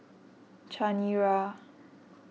Chanira